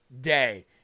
day